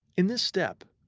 in this step,